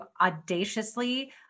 audaciously